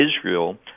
Israel